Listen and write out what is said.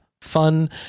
fun